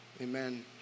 Amen